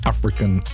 African